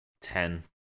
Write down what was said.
ten